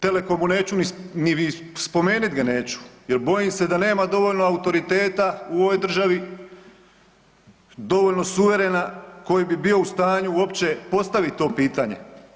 Telecom neću ni spomenut ga neću, jer bojim se da nema dovoljno autoriteta u ovoj državi, dovoljno suverena koji bi bio u stanju uopće postavit to pitanje.